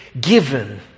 given